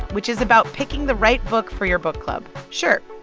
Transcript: which is about picking the right book for your book club. sure,